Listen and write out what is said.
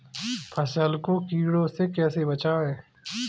फसल को कीड़ों से कैसे बचाएँ?